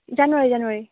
জানুৱাৰী জানুৱাৰী